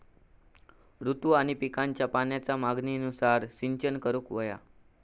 ऋतू आणि पिकांच्या पाण्याच्या मागणीनुसार सिंचन करूक व्हया